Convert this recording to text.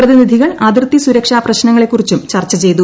പ്രതിനിധികൾ അതിർത്തി സുരക്ഷാ പ്രശ്നങ്ങളെ കുറിച്ചും ചർച്ച ചെയ്തു